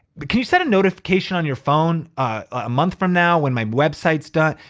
but can you send a notification on your phone, a month from now, when my website's done?